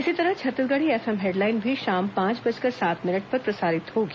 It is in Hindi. इसी तरह छत्तीसगढ़ी एफएम हेडलाइन भी शाम पांच बजकर सात मिनट पर प्रसारित होगी